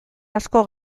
asko